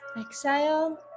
exhale